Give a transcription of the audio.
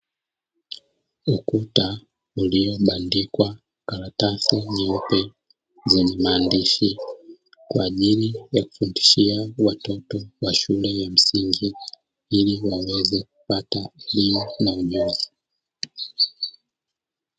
Ukuta uliobandikwa karatasi nyeupe zenye maandishi kwa ajili ya kufundishia watoto wa shule ya msingi, ili waweze kupata elimu na ujuzi.